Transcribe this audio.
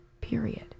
period